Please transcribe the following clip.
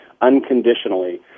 unconditionally